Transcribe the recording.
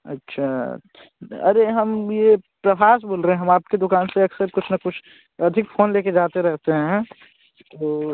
अच्छा अच्छ अरे हम ये प्रभास बोल रहे हम आपकी दुकान से अक्सर कुछ न कुछ अधिक फ़ोन ले कर जाते रहेते हैं तो